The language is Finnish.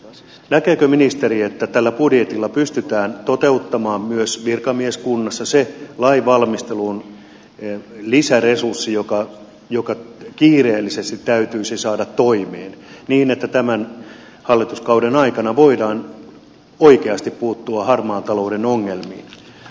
haluaisin kysyä ministeriltä näkeekö ministeri että tällä budjetilla pystytään toteuttamaan myös virkamieskunnassa se lainvalmistelun lisäresurssi joka kiireellisesti täytyisi saada toimeen niin että tämän hallituskauden aikana voidaan oikeasti puuttua harmaan talouden ongelmiin